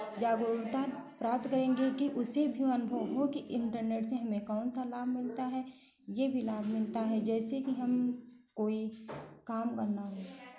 जागरुरता प्राप्त करेंगे कि उसे भी वो अनुभव हो कि इंटरनेट से हमें कौन सा लाभ मिलता है ये भी लाभ मिलता है जैसे कि हम कोई काम करना हुआ